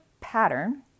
pattern